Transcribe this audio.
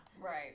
Right